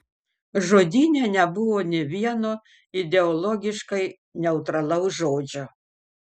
žodyne nebuvo nė vieno ideologiškai neutralaus žodžio